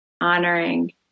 honoring